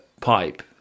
pipe